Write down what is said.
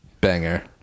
Banger